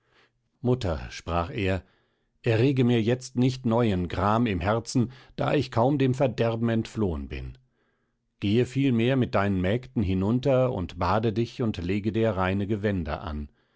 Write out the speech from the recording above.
mutter sprach er errege mir jetzt nicht neuen gram im herzen da ich kaum dem verderben entflohen bin gehe vielmehr mit deinen mägden hinunter und bade dich und lege dir reine gewänder an